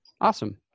Awesome